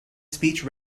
speech